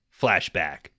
Flashback